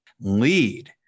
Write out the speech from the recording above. lead